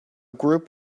group